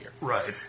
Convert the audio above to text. Right